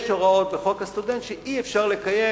יש הוראות בחוק זכויות הסטודנט שאי-אפשר לקיים,